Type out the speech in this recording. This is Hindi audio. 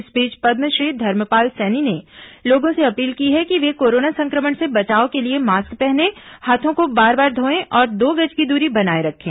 इस बीच पद्मश्री धर्मपाल सैनी ने लोगों से अपील की है कि वे कोरोना संक्रमण से बचाव के लिए मास्क पहनें हाथों को बार बार धोएं और दो गज की दूरी बनाए रखें